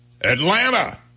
Atlanta